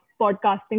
podcasting